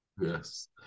Yes